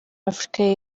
afurika